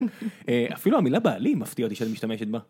אפילו המילה בעלי מפתיע אותי שאני משתמשת בה.